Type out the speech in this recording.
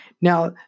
Now